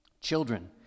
Children